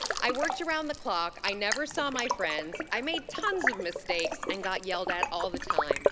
i worked around the clock. i never saw my friends. i made tons of mistakes and got yelled at all the time